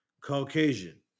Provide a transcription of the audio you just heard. caucasian